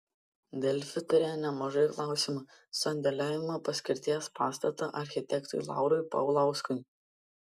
delfi turėjo nemažai klausimų sandėliavimo paskirties pastato architektui laurui paulauskui